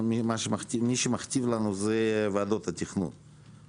מי שמכתיב לנו זה ועדות התכנון.